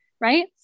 Right